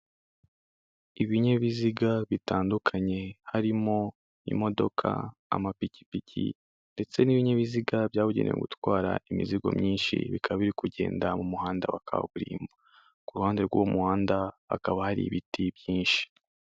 Ibinyabiziga bitandukanye, harimo imodoka, amapikipiki ndetse n'ibinyabiziga byabugenewe mu gutwara imizigo myinshi, bikaba kugenda mu muhanda wa kaburimbo, ku ruhande rw'umuhanda, hakaba hari ibiti byinshi.